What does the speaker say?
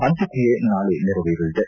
ಅಂತ್ಯಕ್ರಿಯೆ ನಾಳೆ ನೆರವೇರಲಿದೆ